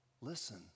listen